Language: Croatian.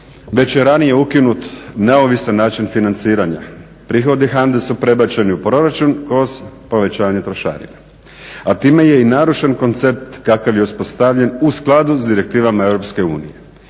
Već je ranije ukinut neovisan način financiranja. Prihodi HANDE su prebačeni u proračun kroz povećanje trošarina a time je i narušen koncept kakav je uspostavljen u skladu sa direktivama EU